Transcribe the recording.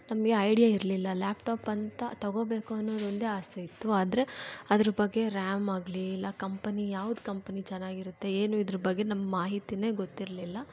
ನಮಗೆ ಐಡ್ಯಾ ಇರಲಿಲ್ಲ laptop ಅಂತ ತಗೊಳ್ಬೇಕು ಅನ್ನೋದು ಒಂದೇ ಆಸೆ ಇತ್ತು ಆದರೆ ಅದ್ರ ಬಗ್ಗೆ ರ್ಯಾಮ್ ಆಗಲಿ ಇಲ್ಲ ಕಂಪನಿ ಯಾವ್ದು ಕಂಪನಿ ಚೆನ್ನಾಗಿರುತ್ತೆ ಏನು ಇದರ ಬಗ್ಗೆ ನಮ್ಮ ಮಾಹಿತಿಯೇ ಗೊತ್ತಿರಲಿಲ್ಲ